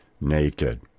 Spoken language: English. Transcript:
naked